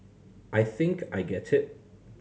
I think I get it